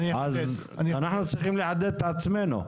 אנחנו צריכים לחדד את עצמנו.